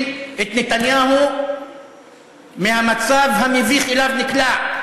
את נתניהו מהמצב המביך שאליו נקלע,